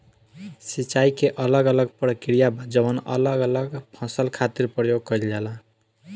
सिंचाई के अलग अलग प्रक्रिया बा जवन अलग अलग फसल खातिर प्रयोग कईल जाला